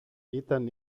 ήταν